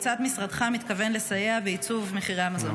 כיצד משרדך מתכוון לסייע בייצוב מחירי המזון?